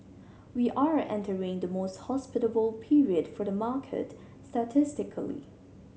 we are entering the most hospitable period for the market statistically